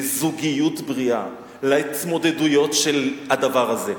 לזוגיות בריאה, להתמודדויות של הדבר הזה.